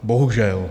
Bohužel.